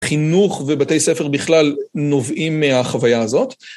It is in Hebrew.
חינוך ובתי ספר בכלל נובעים מהחוויה הזאת.